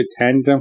tandem